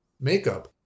makeup